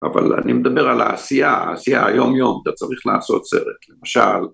אבל אני מדבר על העשייה, העשייה, היומיום, אתה צריך לעשות סרט, למשל